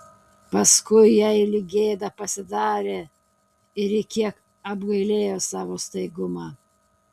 paskui jai lyg gėda pasidarė ir ji kiek apgailėjo savo staigumą